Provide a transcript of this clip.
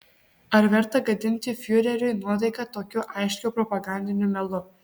ar verta gadinti fiureriui nuotaiką tokiu aiškiu propagandiniu melu